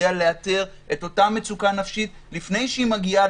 יודע לאתר את אותה מצוקה נפשית לפני שהיא מגיעה